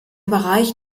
bereich